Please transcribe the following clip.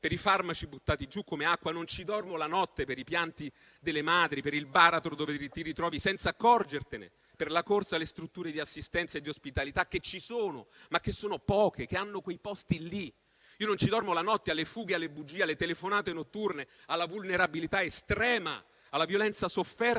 per i farmaci buttati giù come acqua. Non ci dormo la notte per i pianti delle madri, per il baratro dove ti ritrovi senza accorgertene; per la corsa alle strutture di assistenza e di ospitalità che ci sono, ma che sono poche e che hanno quei posti lì. Non ci dormo la notte alle fughe, alle bugie, alle telefonate notturne, alla vulnerabilità estrema, alla violenza sofferta